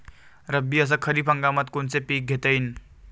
रब्बी अस खरीप हंगामात कोनचे पिकं घेता येईन?